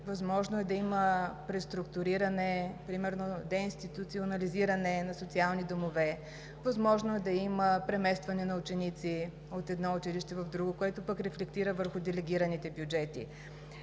възможно е да има преструктуриране – примерно деинституционализиране на социални домове. Възможно е да има преместване на ученици от едно училище в друго, което пък рефлектира върху делегираните бюджети.